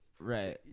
Right